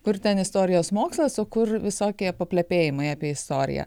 kur ten istorijos mokslas o kur visokie paplepėjimai apie istoriją